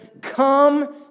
come